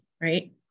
right